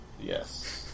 Yes